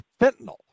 fentanyl